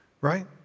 Right